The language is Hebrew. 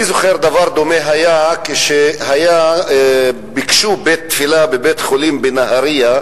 אני זוכר שהיה דבר דומה כשביקשו בית-תפילה בבית-החולים בנהרייה.